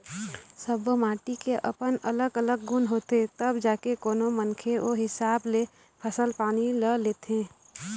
सब्बो माटी के अपन अलग अलग गुन होथे तब जाके कोनो मनखे ओ हिसाब ले फसल पानी ल लेथे